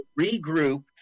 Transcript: Regroup